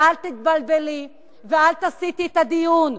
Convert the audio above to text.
ואל תתבלבלי ואל תסיטי את הדיון.